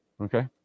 Okay